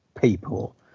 people